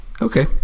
Okay